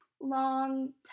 long